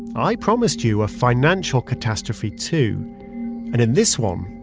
i promised you a financial catastrophe too and in this one,